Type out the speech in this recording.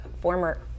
former